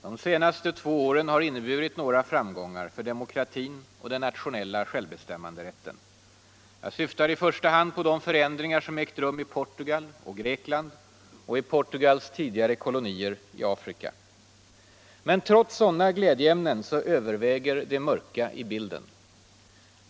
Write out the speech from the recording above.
De senaste två åren har inneburit några framgångar för demokratin och den nationella självbestämmanderätten. Jag syftar i första hand på de förändringar som ägt rum i Portugal och Grekland och i Portugals tidigare kolonier i Afrika. Men trots sådana glädjeämnen överväger det mörka i bilden.